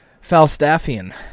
Falstaffian